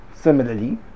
similarly